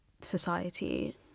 society